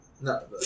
No